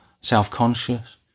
self-conscious